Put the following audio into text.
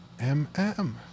M-M